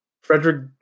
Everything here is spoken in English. Frederick